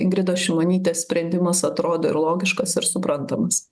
ingridos šimonytės sprendimas atrodo ir logiškas ir suprantamas